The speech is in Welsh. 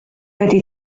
wedi